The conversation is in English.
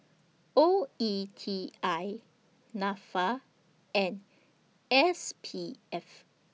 O E T I Nafa and S P F